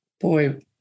boy